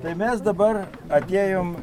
tai mes dabar atėjom